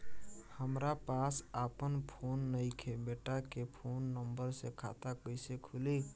हमरा पास आपन फोन नईखे बेटा के फोन नंबर से खाता कइसे खुली?